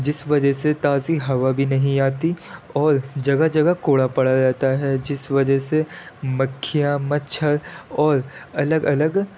جس وجہ سے تازی ہوا بھی نہیں آتی اور جگہ جگہ کوڑا پڑا جاتا ہے جس وجہ سے مکھیاں مچھر اور الگ الگ